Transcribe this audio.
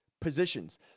positions